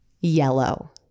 yellow